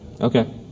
Okay